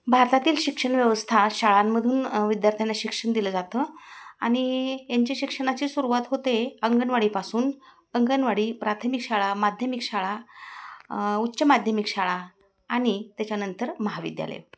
भारतातील शिक्षण व्यवस्था शाळांमधून विद्यार्थ्यांना शिक्षण दिलं जातं आणि यांचे शिक्षणाची सुरुवात होते अंगणवाडीपासून अंगणवाडी प्राथमिक शाळा माध्यमिक शाळा उच्च माध्यमिक शाळा आणि त्याच्यानंतर महाविद्यालय